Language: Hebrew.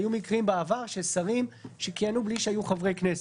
היו מקרים בעבר של שרים שכיהנו בלי שהיו חברי כנסת.